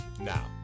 now